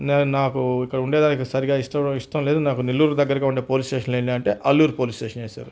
నా నాకు ఇక్కడ ఉండే దానికి సరిగ్గా ఇష్టం లేదు నాకు నెల్లూరు దగ్గరగా ఉన్న పోలీస్ స్టేషన్లో వేయండి అంటే అల్లూరి పోలీస్ స్టేషన్ వేశారు